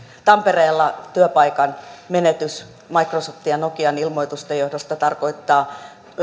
tampereella työpaikan menetys microsoftin ja nokian ilmoitusten johdosta tarkoittaa